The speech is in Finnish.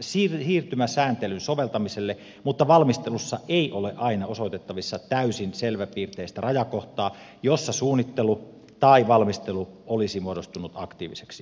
siirtymäsääntelyn soveltamiselle mutta valmistelussa ei ole aina osoitettavissa täysin selväpiirteistä rajakohtaa jossa suunnittelu tai valmistelu olisi muodostunut aktiiviseksi